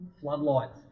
floodlights